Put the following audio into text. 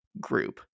group